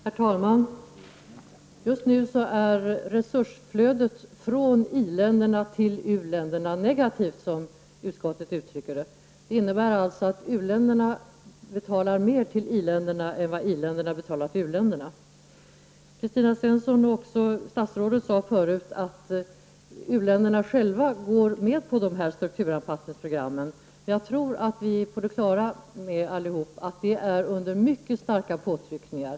Herr talman! Just nu är resursflödet från i-länderna till u-länderna negativt, som utskottet uttrycker det. Det innebär alltså att u-länderna betalar mer till i-länderna än vad i länderna betalar till u-länderna. Kristina Svensson och även statsrådet sade förut att u-länderna själva går med på strukturanpassningsprogrammen. Men jag tror att vi allihop är på det klara med att det är under mycket starka påtryckningar.